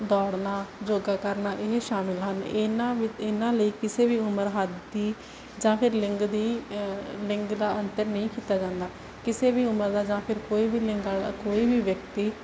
ਦੌੜਨਾ ਯੋਗਾ ਕਰਨਾ ਇਹ ਸ਼ਾਮਿਲ ਹਨ ਇਹਨਾਂ ਵਿ ਇਹਨਾਂ ਲਈ ਕਿਸੇ ਵੀ ਉਮਰ ਹੱਦ ਦੀ ਜਾਂ ਫਿਰ ਲਿੰਗ ਦੀ ਲਿੰਗ ਦਾ ਅੰਤਰ ਨਹੀਂ ਕੀਤਾ ਜਾਂਦਾ ਕਿਸੇ ਵੀ ਉਮਰ ਦਾ ਜਾਂ ਫਿਰ ਕੋਈ ਵੀ ਲਿੰਗ ਵਾਲਾ ਕੋਈ ਵੀ ਵਿਅਕਤੀ